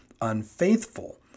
unfaithful